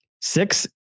Six